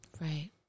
Right